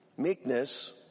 meekness